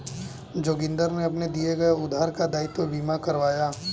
जोगिंदर ने अपने दिए गए उधार का दायित्व बीमा करवाया